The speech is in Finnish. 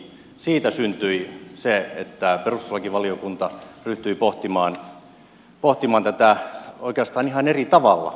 siitä syntyi se että perustuslakivaliokunta ryhtyi pohtimaan tätä oikeastaan ihan eri tavalla